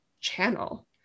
channel